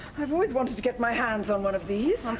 i've always wanted to get my hands on one of these!